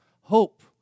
hope